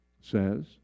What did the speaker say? says